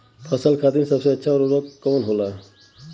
फसल खातीन सबसे अच्छा उर्वरक का होखेला?